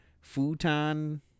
futon